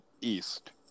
east